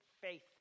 faith